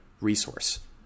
resource